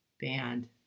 Band